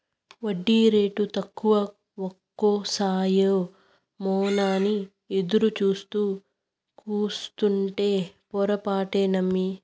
ఒడ్డీరేటు తక్కువకొస్తాయేమోనని ఎదురుసూత్తూ కూసుంటే పొరపాటే నమ్మి